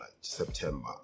September